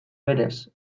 berez